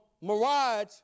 mirage